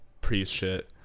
pre-shit